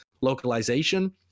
localization